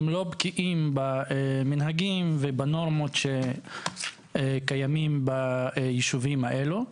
הם לא בקיאים במנהגים ובנורמות שקיימים בישובים הללו.